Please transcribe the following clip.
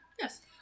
Yes